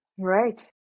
Right